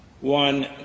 one